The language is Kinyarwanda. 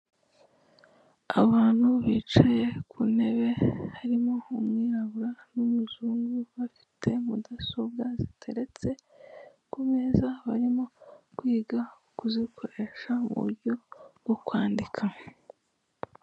Abantu bicaye ku ntebe harimo umwirabura n'umuzungu, bafite mudasobwa ziteretse ku meza barimo kwiga kuzikoresha mu buryo bwo kwandika.